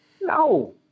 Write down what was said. No